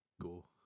go